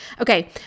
Okay